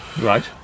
right